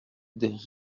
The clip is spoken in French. des